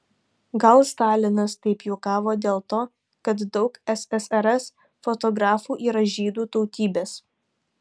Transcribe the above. gal stalinas taip juokavo dėl to kad daug ssrs fotografų yra žydų tautybės